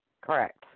Correct